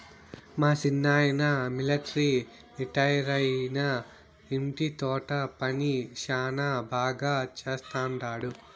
మా సిన్నాయన మిలట్రీ రిటైరైనా ఇంటి తోట పని శానా బాగా చేస్తండాడు